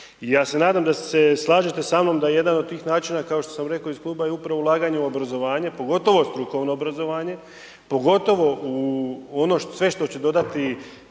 ja se nadam da se slažete sa mnom da jedan od tih načina kao što sam rekao iz kluba je upravo ulaganje u obrazovanje, pogotovo strukovno obrazovanje, pogotovo u ono sve što će dodati